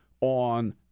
on